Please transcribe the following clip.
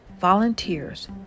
volunteers